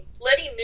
letting